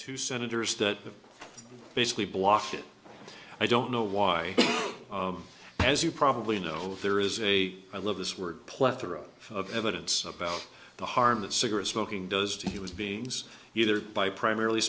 wo senators that basically block it i don't know why as you probably know there is a i love this word plethora of evidence about the harm that cigarette smoking does to he was beings either by primarily